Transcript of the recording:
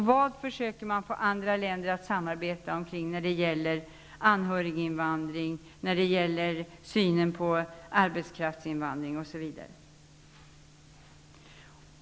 Vad försöker man få andra länder att samarbeta omkring när det gäller anhöriginvandring, synen på arbetskraftsinvandring m.m.?